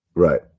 right